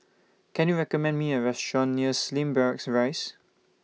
Can YOU recommend Me A Restaurant near Slim Barracks Rise